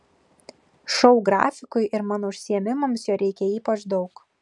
šou grafikui ir mano užsiėmimams jo reikia ypač daug